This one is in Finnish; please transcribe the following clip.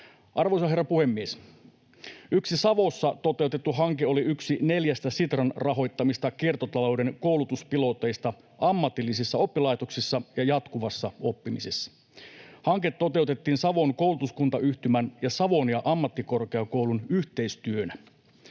Arvoisa herra puhemies! Yksi Savossa toteutettu hanke oli yksi neljästä Sitran rahoittamasta kiertotalouden koulutuspilotista ammatillisissa oppilaitoksissa ja jatkuvassa oppimisessa. Hanke toteutettiin Savon koulutuskuntayhtymän ja Savonia-ammattikorkeakoulun yhteistyönä.